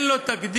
אין לו תקדים,